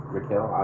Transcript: Raquel